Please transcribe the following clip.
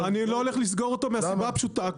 אני לא הולך לסגור אותו מהסיבה הפשוטה.